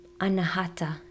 Anahata